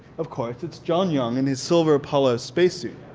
of course it's john young in his silver apollo spacesuit,